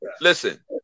listen